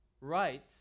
right